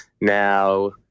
Now